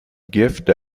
gift